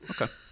Okay